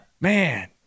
Man